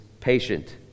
patient